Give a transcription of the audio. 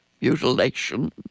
mutilation